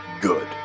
good